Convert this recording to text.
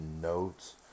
notes